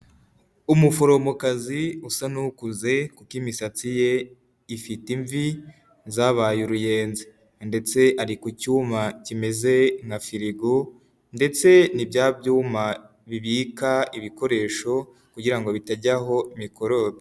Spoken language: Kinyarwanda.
Umuforomokazi usa n'ukuze kuko imisatsi ye ifite imvi zabaye uruyenzi, ndetse ari ku cyuma kimeze nka firigo ndetse ni bya byuma bibika ibikoresho, kugira ngo bitajyaho mikorobe.